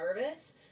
nervous